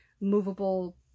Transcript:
movable